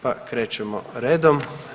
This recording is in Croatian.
Pa krećemo redom.